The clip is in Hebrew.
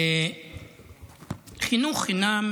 חינוך חינם